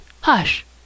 Hush